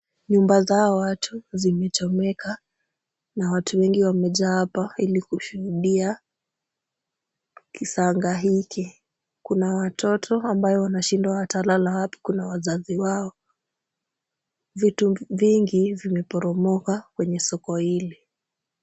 Nyumba za hawa watu zimechomeka na watu wengi wamejaa hapa ili kushuhudia kisanga hiki. Kuna watoto ambayo wanashindwa watalala wapi, kuna wazazi wao . Vitu vingi vimeporomoka kwenye soko hili.